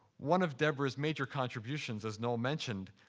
one of deborah's major contributions, as noel mentioned,